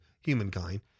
humankind